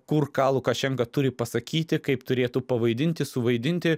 kur ką lukašenka turi pasakyti kaip turėtų pavaidinti suvaidinti